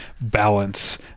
balance